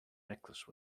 necklace